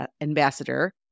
ambassador –